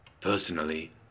Personally